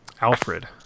Alfred